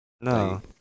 No